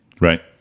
Right